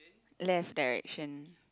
left direction